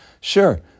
Sure